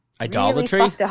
Idolatry